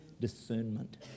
discernment